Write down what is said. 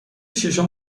ششم